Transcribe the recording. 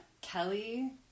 Kelly